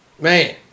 Man